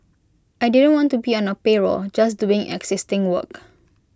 I didn't want to be on A payroll just doing existing work